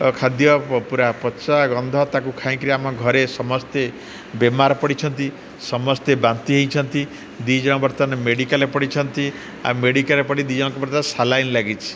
ଖାଦ୍ୟ ପୂରା ପଚା ଗନ୍ଧ ତାକୁ ଖାଇକିରି ଆମ ଘରେ ସମସ୍ତେ ବେମାର ପଡ଼ିଛନ୍ତି ସମସ୍ତେ ବାନ୍ତି ହେଇଛନ୍ତି ଦୁଇ ଜଣ ବର୍ତ୍ତମାନ ମେଡ଼ିକାଲ୍ରେ ପଡ଼ିଛନ୍ତି ଆଉ ମେଡ଼ିକାଲ୍ରେ ପଡ଼ି ଦୁଇ ଜଣ ବର୍ତ୍ତମାନ ସାଲାଇନ୍ ଲାଗିଛିି